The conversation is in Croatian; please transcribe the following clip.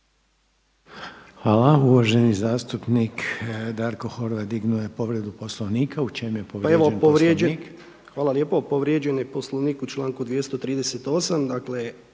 Hvala. Uvaženi zastupnik Darko Horvat digao je povredu Poslovnika. U čemu je povrijeđen Poslovnik? **Horvat, Darko (HDZ)** Hvala lijepo. Povrijeđen je Poslovnik u članku 238.